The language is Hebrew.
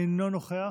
אינו נוכח,